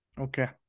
Okay